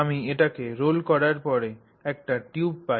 আমি এটিকে রোল করার পরে একটি টিউব পাই